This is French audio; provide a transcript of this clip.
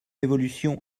évolution